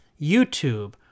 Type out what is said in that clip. YouTube